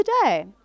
today